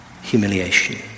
humiliation